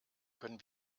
können